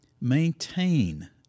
Maintain